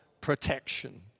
protection